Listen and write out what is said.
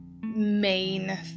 main